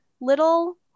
little